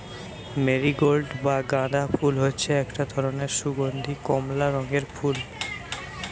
marigold বা গাঁদা ফুল হচ্ছে একটা ধরণের সুগন্ধীয় কমলা রঙের ফুল